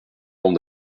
forme